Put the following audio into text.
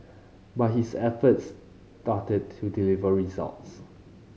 but his efforts started to deliver results